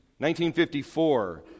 1954